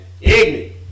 ignorant